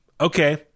Okay